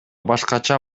башкача